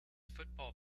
football